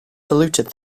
saluted